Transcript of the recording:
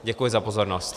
Děkuji za pozornost.